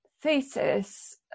thesis